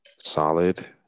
solid